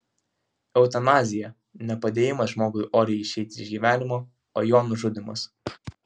eutanazija ne padėjimas žmogui oriai išeiti iš gyvenimo o jo nužudymas